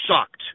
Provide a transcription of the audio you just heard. sucked